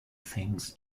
things